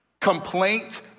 complaint